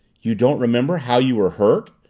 you don't remember how you were hurt?